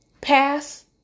pass